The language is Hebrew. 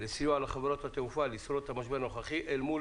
לסיוע לחברות התעופה לשרוד את המשבר הנוכחי אל מול